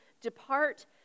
depart